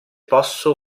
posso